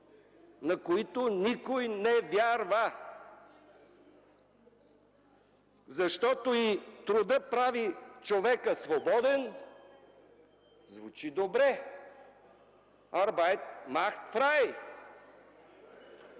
на които никой не вярва!? Защото и трудът прави човека свободен, звучи добре: „Arbeit macht frei”.